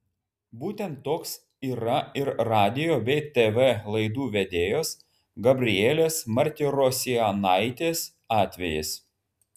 būtent toks yra ir radijo bei tv laidų vedėjos gabrielės martirosianaitės atvejis